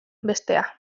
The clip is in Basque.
bestea